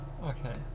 Okay